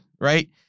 right